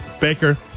Baker